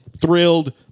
thrilled